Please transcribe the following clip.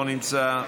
לא נמצא.